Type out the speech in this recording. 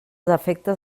defectes